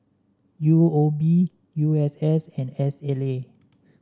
U O B U S S and S L A